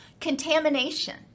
contamination